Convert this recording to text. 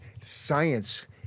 science